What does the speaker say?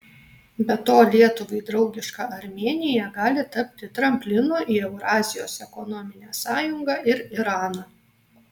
be to lietuvai draugiška armėnija gali tapti tramplinu į eurazijos ekonominę sąjungą ir iraną